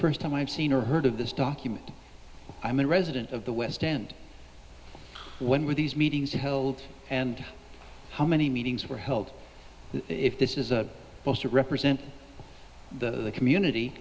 first time i've seen or heard of this document i'm a resident of the west end when were these meetings held and how many meetings were held if this is a well to represent the community